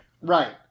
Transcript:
Right